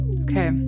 okay